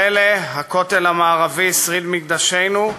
הפלא, הכותל המערבי, שריד מקדשנו,